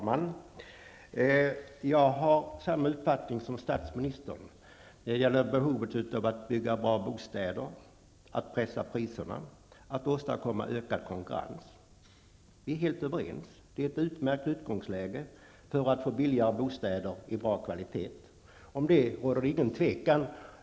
Fru talman! Jag har samma uppfattning som statsministern när det gäller behovet av att bygga bra bostäder, att pressa priserna och att åstadkomma ökad konkurrens. Vi är helt överens. Det är ett utmärkt utgångsläge för att få billigare bostäder med bra kvalitet. Om detta råder det inget tvivel.